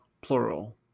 plural